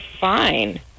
fine